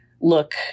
look